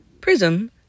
Prism